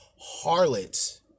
harlots